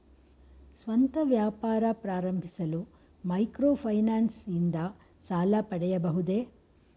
ಸ್ವಂತ ವ್ಯಾಪಾರ ಆರಂಭಿಸಲು ಮೈಕ್ರೋ ಫೈನಾನ್ಸ್ ಇಂದ ಸಾಲ ಪಡೆಯಬಹುದೇ?